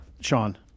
Sean